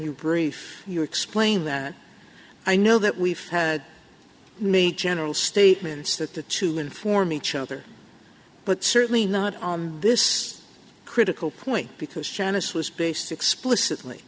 the brief you explain that i know that we've had made general statements that the to inform each other but certainly not on this critical point because janice was based explicitly